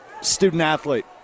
student-athlete